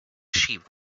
sheep